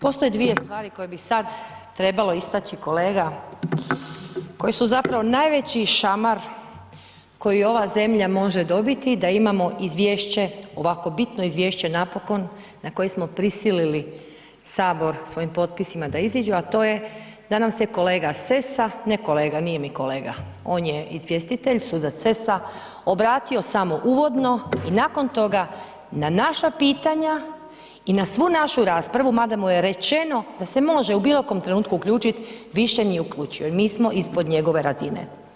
Postoje dvije stvari koje bi sad trebalo istaći kolega, koji su zapravo najveći šamar koji ova zemlja može dobiti da imamo izvješće, ovako bitno izvješće napokon na koje smo prisilili Sabor svojim potpisima da iziđu a to je da nam se kolega Sessa, ne kolega, nije mi kolega, on je izvjestitelj, sudac Sessa obratio samo uvodno i nakon toga na naša pitanja i na svu našu raspravu, mada mu je rečeno da se može u bilo kojem trenutku uključiti više nije uključio i mi smo ispod njegove razine.